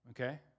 Okay